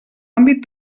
àmbit